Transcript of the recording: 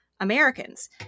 Americans